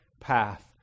path